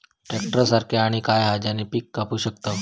Tractor सारखा आणि काय हा ज्याने पीका कापू शकताव?